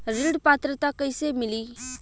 ऋण पात्रता कइसे मिली?